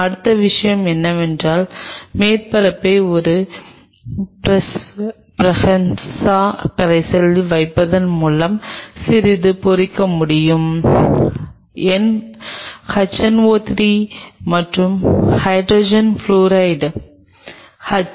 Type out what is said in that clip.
அடுத்த விஷயம் என்னவென்றால் மேற்பரப்பை ஒரு பிரன்ஹா கரைசலில் வைப்பதன் மூலம் சிறிது பொறிக்க முடியும் HNO 3 மற்றும் ஹைட்ரஜன் ஃபுளூரைடு எச்